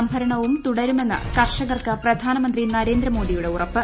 സംഭരണവും തുടരുമെന്ന് കർഷകർക്ക് പ്രധാനമന്ത്രി നരേന്ദ്ര മോദിയുടെ ഉറപ്പ്